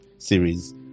series